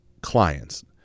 clients